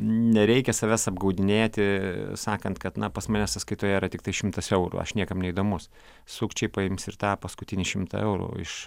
nereikia savęs apgaudinėti sakant kad na pas mane sąskaitoje yra tiktai šimtas eurų aš niekam neįdomus sukčiai paims ir tą paskutinį šimtą eurų iš